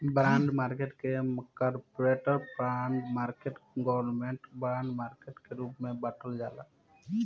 bond market के corporate bond market government bond market के रूप में बॉटल जाला